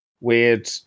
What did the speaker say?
weird